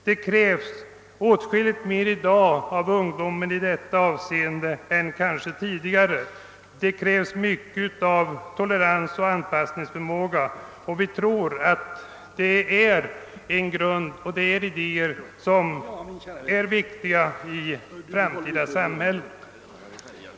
Det krävs åtskilligt mer i dag av ungdomen i detta avseende än kanske tidigare. Det krävs mycket av tolerans och anpassningsförmåga, och vi tror att det är viktigt i det framtida samhället.